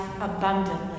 abundantly